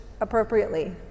appropriately